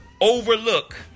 overlook